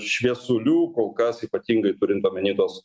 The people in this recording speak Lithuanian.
šviesulių kol kas ypatingai turint omeny tuos